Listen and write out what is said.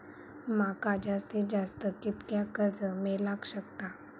माका जास्तीत जास्त कितक्या कर्ज मेलाक शकता?